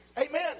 Amen